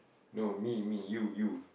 no me me you you